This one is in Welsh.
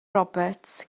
roberts